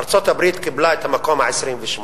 ארצות-הברית קיבלה את המקום ה-28.